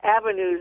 avenues